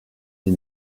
des